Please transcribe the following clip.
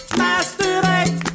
masturbate